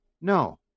No